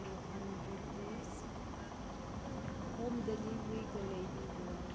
two hundred piece home ꯗꯦꯂꯤꯕ꯭ꯔꯤꯒ ꯂꯩꯕꯤꯕ꯭ꯔꯥ